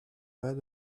pas